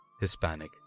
Hispanic